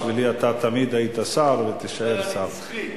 בשבילי היית שר ותישאר שר.